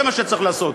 זה מה שצריך לעשות.